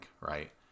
right